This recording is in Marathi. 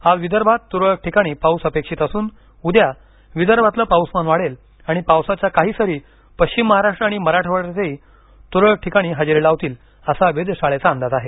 आज विदर्भात तुरळक ठिकाणी पाऊस अपेक्षित असून उद्या विदर्भातलं पाऊसमान वाढेल आणि पावसाच्या काही सरी पश्चिम महाराष्ट्र आणि मराठवाङ्यातही तुरळक ठिकाणी हजेरी लावतील असा वेधशाळेचा अंदाज आहे